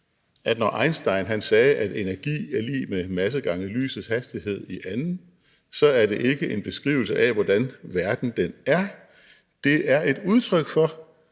at når Einstein sagde, at energi er lig med masse gange lysets hastighed i anden potens, så er det ikke en beskrivelse af, hvordan verden er; det er et udtryk for,